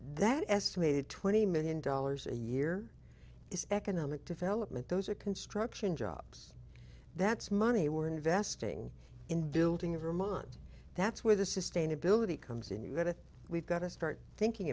that estimated twenty million dollars a year is economic development those are construction jobs that's money we're investing in building a vermont that's where the sustainability comes in you get it we've got to start thinking